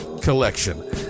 collection